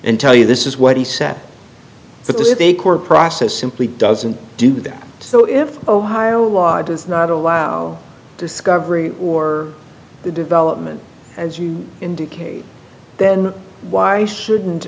and tell you this is what he said but this is a court process simply doesn't do that so if ohio law does not allow discovery or the development as you indicate then why shouldn't